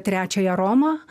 trečiąją romą